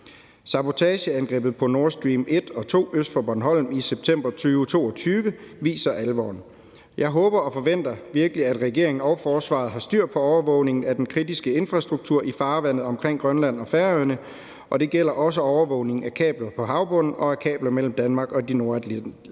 Sabotageangrebet på Nord Stream 1 og 2 øst for Bornholm i september 2022 viser alvoren. Jeg håber og forventer virkelig, at regeringen og forsvaret har styr på overvågningen af den kritiske infrastruktur i farvandet omkring Grønland og Færøerne, og det gælder også overvågningen af kabler på havbunden og kablerne mellem Danmark og de nordatlantiske